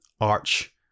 arch